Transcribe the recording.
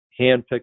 handpicked